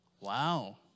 Wow